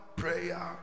prayer